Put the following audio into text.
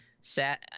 sat